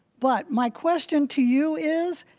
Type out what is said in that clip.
but my question to you is,